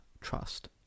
trust